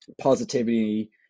positivity